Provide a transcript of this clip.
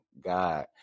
God